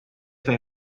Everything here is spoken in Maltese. fejn